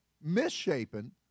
misshapen